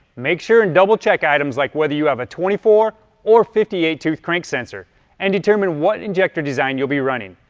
make sure to and double-check items like whether you have a twenty four or fifty eight tooth crank sensor and determine what injector design you'll be running.